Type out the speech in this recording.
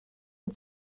wyt